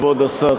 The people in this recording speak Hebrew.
כבוד השר,